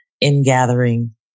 ingathering